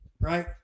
right